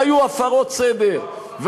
והיו הפרות סדר,